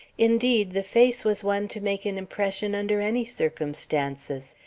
indeed, the face was one to make an impression under any circumstances.